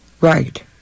Right